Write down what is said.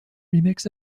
remix